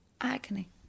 agony